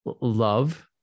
love